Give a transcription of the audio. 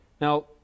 Now